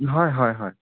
হয় হয় হয়